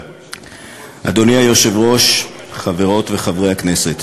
אדוני היושב-ראש, חברות וחברי הכנסת,